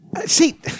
See